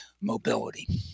mobility